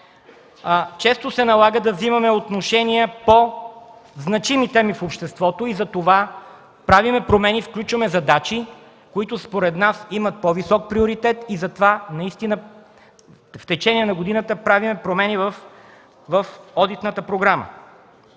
често се налага да вземем отношение по значими теми в обществото – правим промени, включваме задачи, които според нас имат по-висок приоритет и за това в течение на годината правим промени в одитната програма.